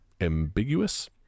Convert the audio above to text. ambiguous